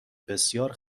بسیار